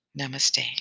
Namaste